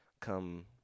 come